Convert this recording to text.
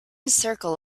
circle